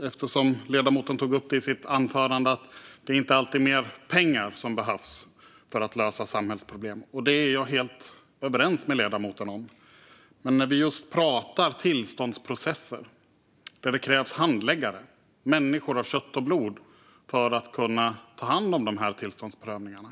Ledamoten tog i sitt anförande upp att det inte alltid är mer pengar som behövs för att lösa samhällsproblem. Detta är jag helt överens med ledamoten om, men vi pratar om tillståndsprocesser där det krävs handläggare - människor av kött och blod - för att ta hand om tillståndsprövningarna.